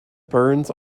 burns